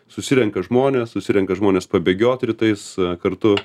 susirenka žmonės susirenka žmonės pabėgioti rytais kartu